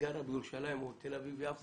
גרה בירושלים או בתל אביב-יפו